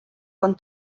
con